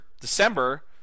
December